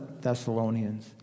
Thessalonians